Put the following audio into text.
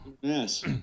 Yes